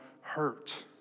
hurt